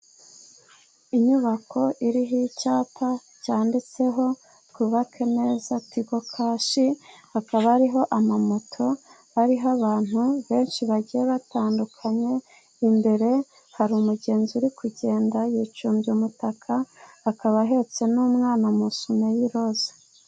Inyubako iriho icyapa cyanditseho "Twubake Neza Tigo Kashi", hakaba hariho moto ziriho abantu benshi bagiye batandukanye, imbere hari umugenzi uri kugenda yicumbye umutaka, akaba ahetse n'umwana muri iswime y'iroze.